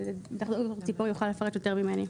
בטח יוכלו לפרט על זה יותר ממני.